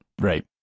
Right